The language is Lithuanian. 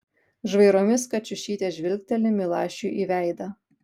žvairomis kačiušytė žvilgteli milašiui į veidą